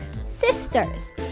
sisters